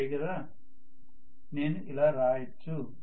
అంతే కదా నేను ఇలా రాయొచ్చు